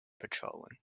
patrolling